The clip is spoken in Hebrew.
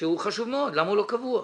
שהוא חשוב מאוד, הוא לא קבוע?